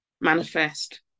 manifest